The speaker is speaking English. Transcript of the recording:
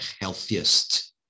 healthiest